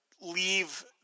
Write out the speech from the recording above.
leave